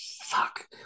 fuck